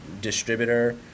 distributor